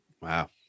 wow